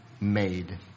made